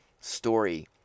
story